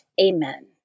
Amen